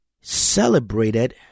celebrated